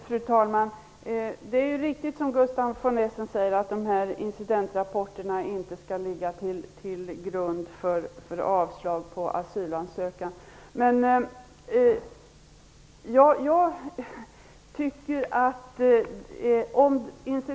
Fru talman! Det är riktigt, som Gustaf von Essen säger, att incidentrapporterna inte skall ligga till grund för avslag på asylansökan.